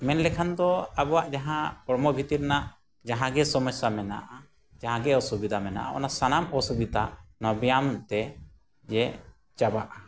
ᱢᱮᱱᱞᱮᱠᱷᱟᱱ ᱫᱚ ᱟᱵᱚᱣᱟᱜ ᱡᱟᱦᱟᱸ ᱦᱚᱲᱢᱚ ᱵᱷᱤᱛᱤᱨ ᱨᱮᱱᱟᱜ ᱡᱟᱦᱟᱸ ᱜᱮ ᱥᱚᱢᱚᱥᱟ ᱢᱮᱱᱟᱜᱼᱟ ᱡᱟᱦᱟᱸ ᱜᱮ ᱚᱥᱩᱵᱤᱫᱟ ᱢᱮᱱᱟᱜᱼᱟ ᱚᱱᱟ ᱥᱟᱱᱟᱢ ᱚᱥᱩᱵᱤᱛᱟ ᱱᱚᱣᱟ ᱵᱮᱭᱟᱢ ᱛᱮ ᱡᱮ ᱪᱟᱵᱟᱜᱼᱟ